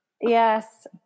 yes